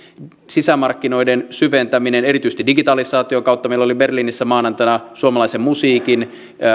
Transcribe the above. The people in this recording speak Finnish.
sisämarkkinoiden syventäminen erityisesti digitalisaation kautta meillä oli berliinissä maanantaina suomalaisen musiikin